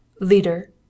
Leader